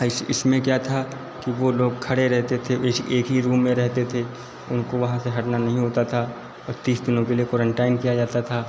ice इसमें क्या था कि वो लोग खड़े रहते थे वेश एक ही रूम में खड़े रहते थे उनको वहां से हटना नहीं होता था और तीस दिनों के लिए क्वारेंटाइन किया जाता था